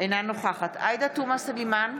אינה נוכחת עאידה תומא סלימאן,